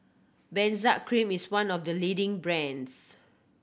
Benzac Cream is one of the leading brands